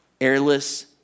airless